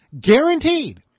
Guaranteed